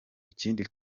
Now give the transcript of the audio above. ikindi